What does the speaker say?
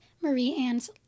Marie-Anne's